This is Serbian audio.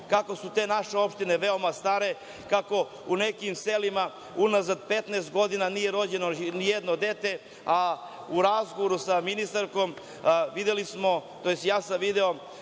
kako su te naše opštine veoma stare, kako u nekim selima unazad 15 godina nije rođeno nijedno dete, a u razgovoru sa ministarkom videli smo tj. ja sam video